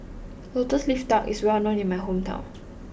Lotus Leaf Duck is well known in my hometown